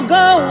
go